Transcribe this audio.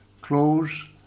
close